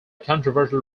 controversial